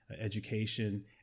education